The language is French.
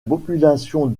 population